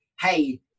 hey